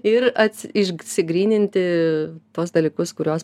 ir ats išsigryninti tuos dalykus kuriuos